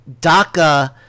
DACA